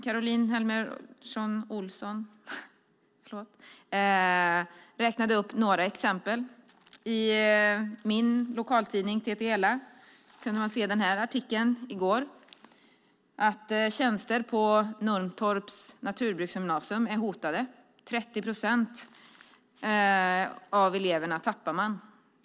Caroline Helmersson Olsson räknade upp några exempel, och i min lokaltidning, TTELA, kunde man i går se en artikel om att tjänster på Nuntorps naturbruksgymnasium är hotade, för man tappar 30 procent av eleverna.